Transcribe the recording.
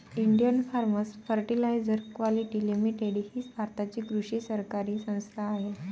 Indian farmers fertiliser quality limited ही भारताची कृषी सहकारी संस्था आहे